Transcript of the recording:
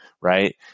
right